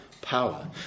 Power